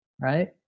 right